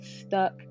stuck